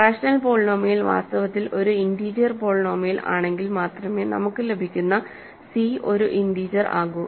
rational polynomial വാസ്തവത്തിൽ ഒരു integer polynomial ആണെങ്കിൽ മാത്രമേ നമുക്ക് ലഭിക്കുന്ന സി ഒരു ഇന്റീജർ ആകു